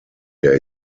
der